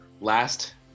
last